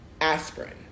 aspirin